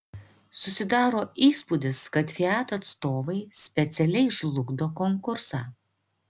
susidaro įspūdis kad fiat atstovai specialiai žlugdo konkursą